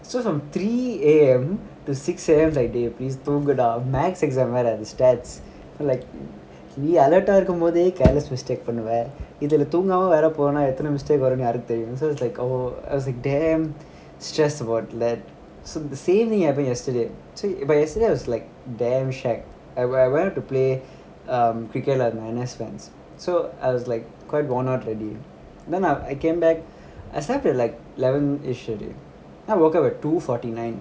so it's from three A_M to six A_M that day please தூங்குடா:dhoonkuda math exam வேற:veera stats so like நீ:ni alert ah இருக்கும்போதே:irukkumpote careless mistake பண்ணுவஇதுலதூங்காமவேறபோனாஎத்தன:pannuva idhula dhoongama veera ponna etthana mistake பண்ணபோறியோ:panna pooriyoo so it's like oh I was like damn stressed about lab so the same thing happened yesterday s~ but yesterday I was like damn shag I w~ I went out to play um cricket lah with my N_S friends so I was like quite worn out already then I I came back I slept at like eleven-ish then I woke up at two forty nine